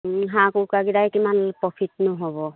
হাঁহ কুকুৰাকেইটাই কিমান প্ৰফিটনো হ'ব